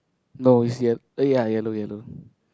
no is ye~ eh ya yellow yellow